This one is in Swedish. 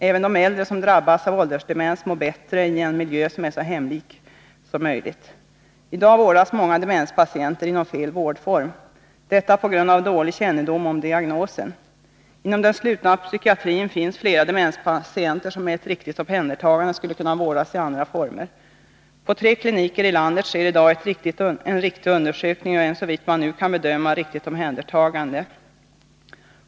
Även de äldre som drabbas av åldersdemens mår bättre i en miljö som är så hemlik som möjligt. I dag vårdas många demenspatienter inom fel vårdform — detta på grund av dålig kännedom om diagnosen. Inom den slutna psykiatrin finns flera demenspatienter som med ett riktigt omhändertagande skulle kunna vårdas i andra former. På tre kliniker i landet sker i dag en riktig undersökning och såvitt man nu kan bedöma ett riktigt omhändertagande av demenspatienter.